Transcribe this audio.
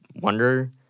wonder